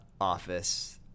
office